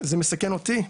זה מסכן אותי,